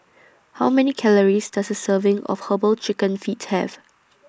How Many Calories Does A Serving of Herbal Chicken Feet Have